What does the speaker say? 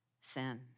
Sin